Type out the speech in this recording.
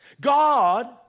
God